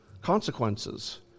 consequences